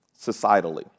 societally